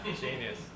Genius